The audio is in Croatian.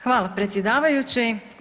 Hvala predsjedavajući.